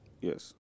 Yes